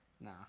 Nah